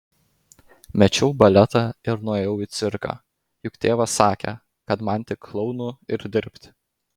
mečiau baletą ir nuėjau į cirką juk tėvas sakė kad man tik klounu ir dirbti